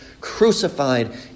crucified